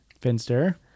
Finster